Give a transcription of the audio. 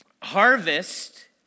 Harvest